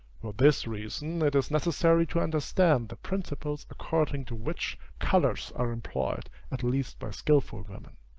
for this reason, it is necessary to understand the principles according to which colors are employed at least by skilful women.